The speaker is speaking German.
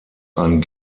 ein